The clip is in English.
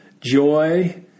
joy